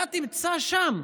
אתה תמצא שם